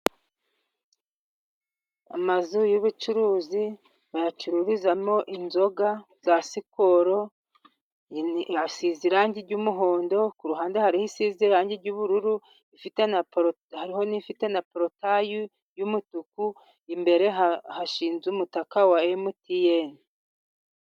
Amazu y'ubucuruzi, bayacururizamo inzoga za Sikoro hasize irangi ry'umuhondo, ku ruhande hari isize irangi ry'ubururu, ifite na poru hariho ifite na porutaye y'umutuku, imbere hashinze umutaka wa emutiyene.